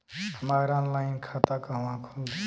हमार ऑनलाइन खाता कहवा खुली?